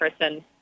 person